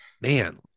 man